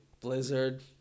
Blizzard